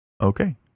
Okay